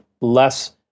less